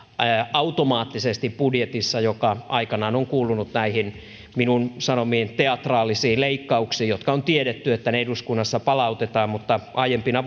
automaattisesti budjetissa joka aikanaan on kuulunut näihin minun sanomiin teatraalisiin leikkauksiin joista on tiedetty että ne eduskunnassa palautetaan mutta aiempina